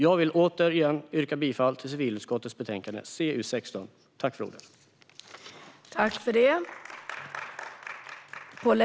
Jag vill återigen yrka bifall till civilutskottets förslag i betänkandet CU16.